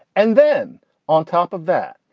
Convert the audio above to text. and then on top of that,